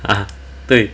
ah 对